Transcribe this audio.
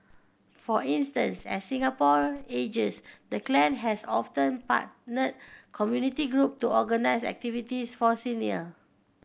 for instance as Singapore ages the clan has often partnered community group to organise activities for senior